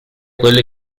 quelle